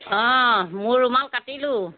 অঁ মোৰ ৰুমাল কাটিলোঁ